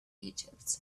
egypt